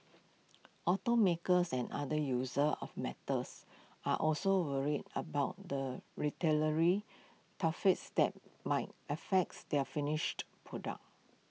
automakers and other users of metals are also worried about the tariffs that might affects their finished products